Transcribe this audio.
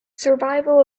survival